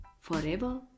forever